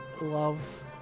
love